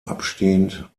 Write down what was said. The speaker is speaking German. abstehend